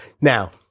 now